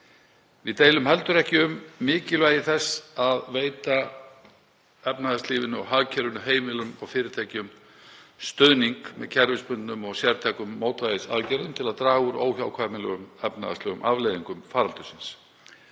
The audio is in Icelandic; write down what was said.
Við deilum heldur ekki um mikilvægi þess að veita efnahagslífinu og hagkerfinu, heimilum og fyrirtækjum stuðning með kerfisbundnum og sértækum mótvægisaðgerðum til að draga úr óhjákvæmilegum efnahagslegum afleiðingum faraldursins.